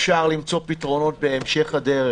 אפשר למצוא פתרונות בהמשך הדרך.